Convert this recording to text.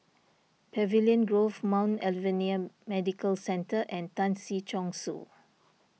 Pavilion Grove Mount Alvernia Medical Centre and Tan Si Chong Su